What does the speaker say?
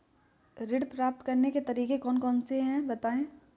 ऋण प्राप्त करने के तरीके कौन कौन से हैं बताएँ?